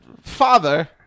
Father